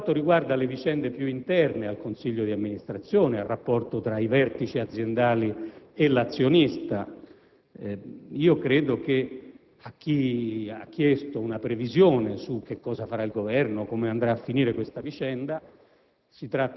Per quanto riguarda le vicende più interne al consiglio di amministrazione, al rapporto tra i vertici aziendali e l'azionista, credo che a chi ha chiesto una previsione su cosa farà il Governo, su come andrà a finire la vicenda